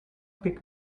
pick